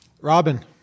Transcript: Robin